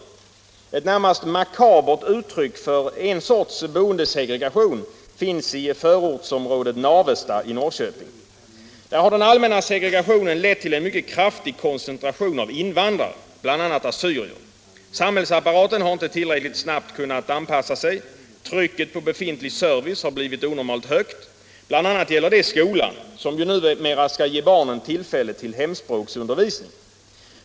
Ett närmast makabert uttryck för en sorts boendesegregation finns i förortsområdet Navestad i Norrköping. Där har den allmänna segregationen lett till en mycket kraftig koncentration av invandrare, bl.a. assyrier. Samhällsapparaten har inte tillräckligt snabbt kunnat anpassa sig, och trycket på befintlig service har blivit onormalt högt. Bl. a. gäller det skolan, som ju numera skall ge barnen tillfälle till hemspråksundervisning.